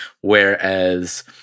Whereas